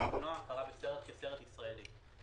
--- הקולנוע בחרה בסרט כסרט ישראלי.